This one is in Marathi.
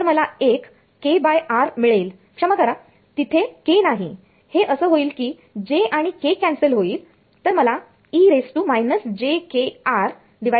तर मला एक एकkr मिळेल क्षमा करा तिथे k नाही हे असं होईल की j आणि k कॅन्सल होईल